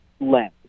lens